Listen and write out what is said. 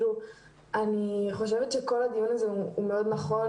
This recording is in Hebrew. אני חושבת שכל הדיון הזה הוא מאוד נכון,